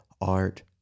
art